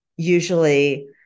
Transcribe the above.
usually